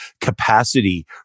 capacity